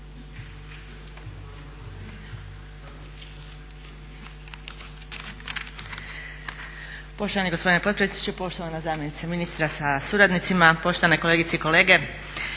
Poštovani gospodine potpredsjedniče, poštovana zamjenice ministra sa suradnicima, poštovane kolegice i kolege.